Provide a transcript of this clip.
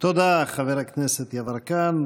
תודה, חבר הכנסת יברקן.